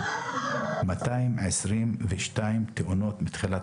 222 מתחילת